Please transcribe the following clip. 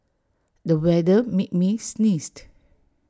the weather made me sneeze